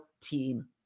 team